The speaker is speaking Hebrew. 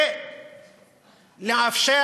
ולאפשר